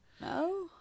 No